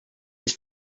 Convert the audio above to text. his